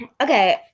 Okay